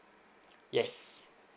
yes